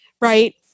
right